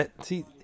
See